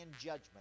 judgment